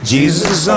Jesus